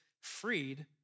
freed